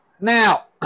Now